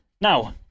Now